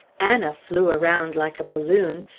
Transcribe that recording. anna flew around like a balloon,